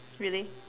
really